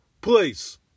please